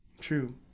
true